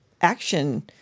action